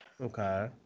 Okay